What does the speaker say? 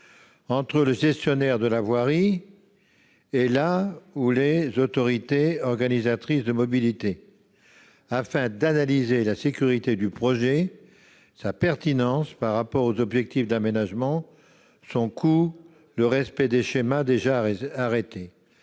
entre le gestionnaire de la voirie et la ou les autorités organisatrices de la mobilité, afin d'analyser la sécurité du projet, sa pertinence par rapport aux objectifs d'aménagement, son coût et le respect des schémas déjà arrêtés.